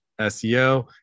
SEO